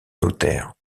notaire